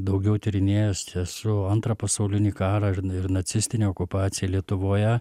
daugiau tyrinėjęs čia su antrą pasaulinį karą ir na ir nacistinė okupacija lietuvoje